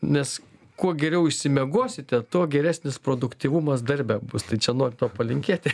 nes kuo geriau išsimiegosite tuo geresnis produktyvumas darbe bus tai čia noriu to palinkėti